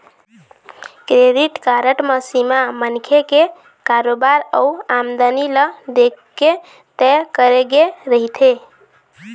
credit card म सीमा मनखे के कारोबार अउ आमदनी ल देखके तय करे गे रहिथे